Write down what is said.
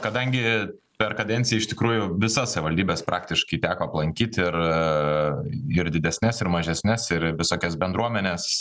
kadangi per kadenciją iš tikrųjų visas savivaldybes praktiškai teko aplankyt ir ir didesnes ir mažesnes ir visokias bendruomenes